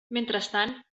mentrestant